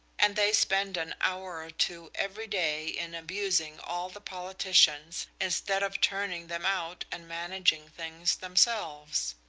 and they spend an hour or two every day in abusing all the politicians, instead of turning them out and managing things themselves.